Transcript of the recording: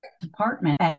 department